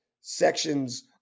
sections